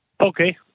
Okay